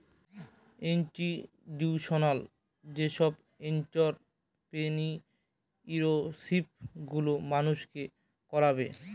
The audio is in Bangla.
ইনস্টিটিউশনাল যেসব এন্ট্ররপ্রেনিউরশিপ গুলো মানুষকে করাবে